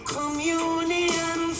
Communion